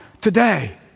today